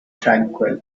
tranquil